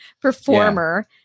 performer